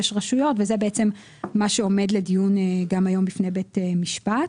רשויות וזה בעצם מה שעומד לדיון גם היום בפני בית המשפט.